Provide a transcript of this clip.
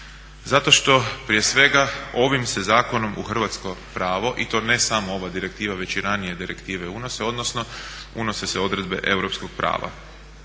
zato što prije svega ovim se zakonom u hrvatsko pravo i to ne samo ova direktiva već i ranije direktive unose, odnosno unose se odredbe europskog prava.